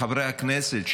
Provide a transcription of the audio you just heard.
מחברי הכנסת,